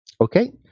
okay